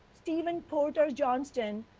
stephen porter johnson.